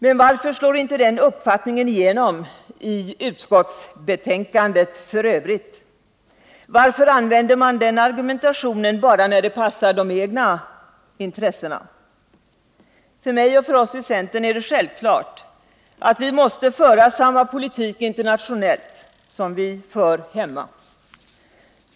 Men varför slår inte den uppfattningen igenom i utskottsbetänkandet f. ö.? Varför använder man den argumentationen bara när det passar de egna intressena? För mig och för oss i centern är det självklart att vi måste föra samma politik internationellt som vi för hemma —i alla sammanhang.